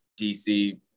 DC